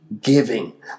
giving